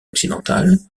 occidentale